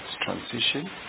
transition